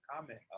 comment